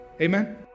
Amen